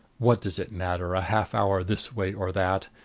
what does it matter a half-hour this way or that?